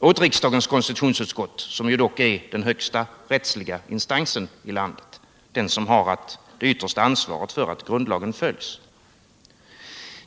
för riksdagens konstitutionsutskott, som ju dock är den högsta rättsliga instansen i landet, den instans som har det yttersta ansvaret för att grundlagen följs.